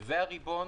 וזה הריבון